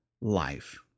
life